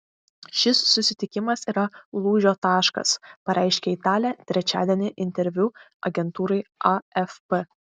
šis susitikimas yra lūžio taškas pareiškė italė trečiadienį interviu agentūrai afp